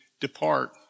Depart